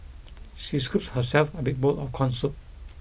she scooped herself a big bowl of corn soup